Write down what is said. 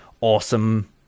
awesome